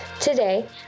Today